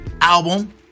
album